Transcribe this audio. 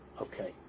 Okay